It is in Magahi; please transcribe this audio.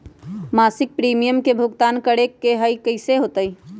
मासिक प्रीमियम के भुगतान करे के हई कैसे होतई?